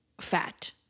fat